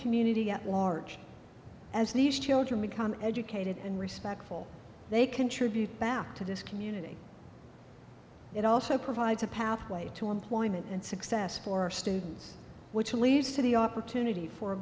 community at large as these children become educated and respectful they contribute back to this community it also provides a pathway to employment and success for students which leads to the opportunity for a